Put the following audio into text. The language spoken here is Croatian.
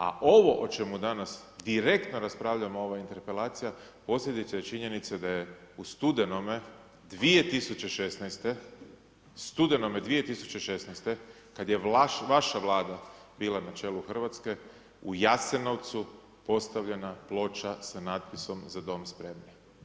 A ovo o čemu danas direktno raspravljamo, ova interpelacija, posljedice i činjenice da je u studenome 2016., studenome 2016., kad je vaša Vlada bila na čelu Hrvatske, u Jasenovcu postavljena ploča sa natpisom „Za dom spremni“